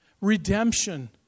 Redemption